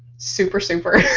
super. super.